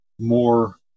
more